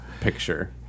picture